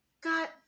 God